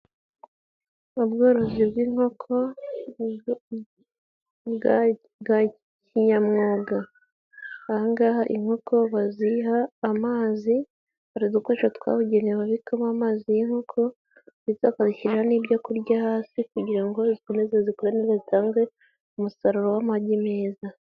Ubworozi bw'inkoko bwa kinyamwuga aha angaha inkoko baziha amazi, hari udukoresho twabugenewe babikamo amazi y'inkoko ndetse bashyira n'ibyokurya hasi kugira ngo zikomeze zikorere zitange umusaruro w'amagi meza.